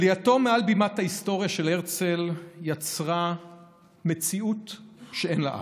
עלייתו של הרצל על בימת ההיסטוריה יצרה מציאות שאין לה אח.